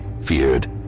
feared